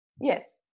yes